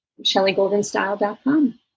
ShellyGoldenStyle.com